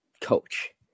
coach